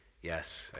yes